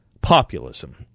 populism